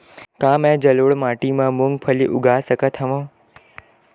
का मैं जलोढ़ माटी म मूंगफली उगा सकत हंव?